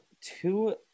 two